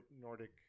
nordic